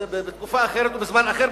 בתקופה אחרת ובזמן אחר,